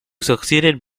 succeeded